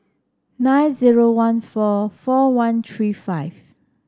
nine zero one four four one three five